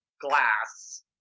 glass